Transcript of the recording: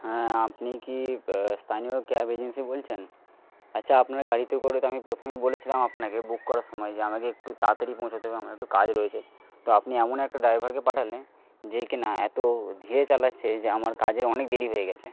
হ্যাঁ আপনি কি স্থানীয় ক্যাব এজেন্সি বলছেন আচ্ছা আপনার গাড়িতে করে তো আমি প্রথমে বলেছিলাম আপনাকে বুক করার সময় যে আমাকে একটু তাড়াতাড়ি পৌঁছতে হবে আমার একটু কাজ রয়েছে তো আপনি এমন একটা ডাইভারকে পাঠালেন যে কিনা এত ধীরে চালাচ্ছে যে আমার কাজের অনেক দেরি হয়ে গিয়েছে